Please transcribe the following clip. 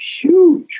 huge